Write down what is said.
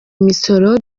imisoro